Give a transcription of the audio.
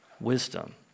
wisdom